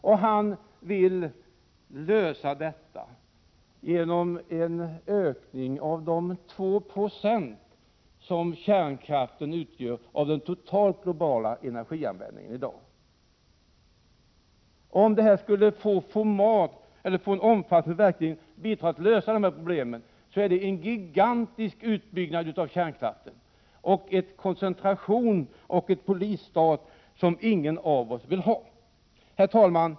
Han vill lösa detta problem genom att utöka andelen kärnkraft som i dag utgör 2 90 av den totala globala energianvändningen. Om kärnkraften skulle få en omfattning som verkligen bidrar till att lösa dessa problem, innebär det en gigantisk utbyggnad av kärnkraften som för med sig en koncentration och en polisstat som ingen av oss vill ha. Herr talman!